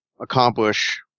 accomplish